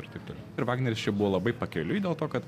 ir taip toliau ir vagneris čia buvo labai pakeliui dėl to kad